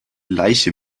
leiche